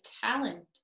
talent